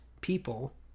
people